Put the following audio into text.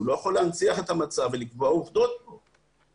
הוא לא יכול להנציח את המצב ולקבוע עובדות פה.